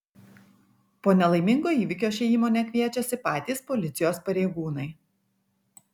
po nelaimingo įvykio šią įmonę kviečiasi patys policijos pareigūnai